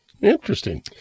Interesting